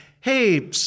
hey